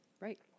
Right